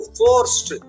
forced